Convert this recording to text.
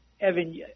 Evan